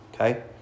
okay